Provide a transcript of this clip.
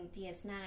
DS9